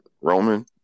Roman